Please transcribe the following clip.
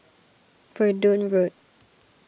Verdun Road